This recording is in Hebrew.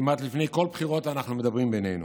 כמעט לפני כל בחירות אנחנו מדברים בינינו,